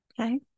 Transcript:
Okay